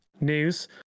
news